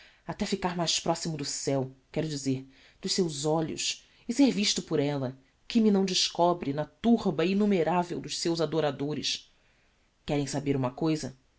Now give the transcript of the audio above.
até ficar mais proximo do ceu quero dizer dos seus olhos e ser visto por ella que me não descobre na turba innumeravel dos seus adoradores querem saber uma cousa